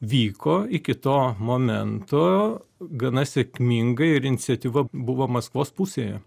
vyko iki to momento gana sėkmingai ir iniciatyva buvo maskvos pusėje